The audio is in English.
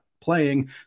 playing